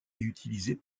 utilisée